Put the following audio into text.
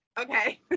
Okay